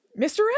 Mr